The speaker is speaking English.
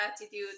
attitude